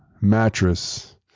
mattress